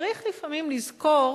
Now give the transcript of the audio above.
צריך לפעמים לזכור